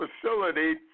facility